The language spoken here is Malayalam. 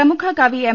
പ്രമുഖ കവി എം